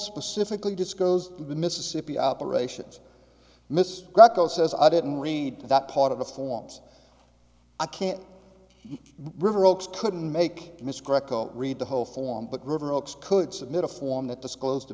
specifically disco's the mississippi operations mr greco says i didn't read that part of the forms i can't river oaks couldn't make misc reco read the whole form but river oaks could submit a form that disclosed